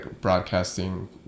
broadcasting